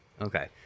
Okay